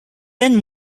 then